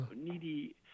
needy